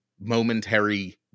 momentary